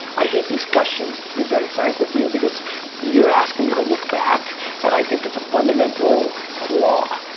i hate these questions, to be very frank with you, because you're asking me to look back and i think that's a fundamental flaw.